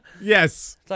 Yes